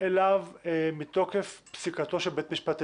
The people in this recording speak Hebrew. אליו מתוקף פסיקתו של בית המשפט העליון.